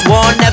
one